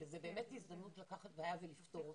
לקחת בעיה ולפתור אותה.